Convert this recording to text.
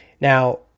Now